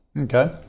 Okay